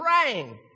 praying